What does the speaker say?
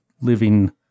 living